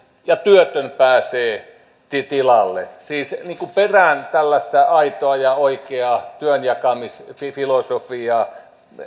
ja työtön pääsee tilalle siis perään tällaista aitoa ja oikeaa työnjakamisfilosofiaa